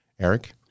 Eric